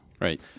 Right